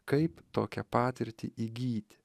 kaip tokią patirtį įgyti